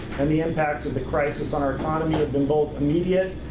and the impacts of the crisis on our economy have been both immediate,